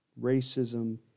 racism